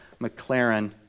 McLaren